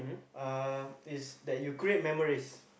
uh is that you create memories